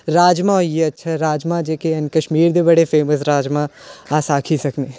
राजमां होई गे अच्छे राजमां जेह्के हैन कश्मीर दे बड़े फेमस राजमां अस आक्खी सकनें